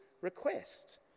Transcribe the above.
request